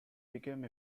became